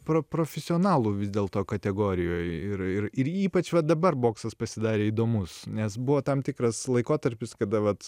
pro profesionalų vis dėlto kategorijoj ir ir ir ypač va dabar boksas pasidarė įdomus nes buvo tam tikras laikotarpis kada vat